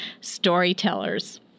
storytellers